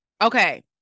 Okay